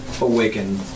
awaken